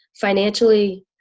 financially